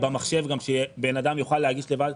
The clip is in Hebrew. במחשב, שבן אדם יוכל להגיש לבד.